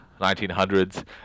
1900s